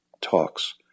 talks